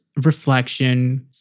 reflection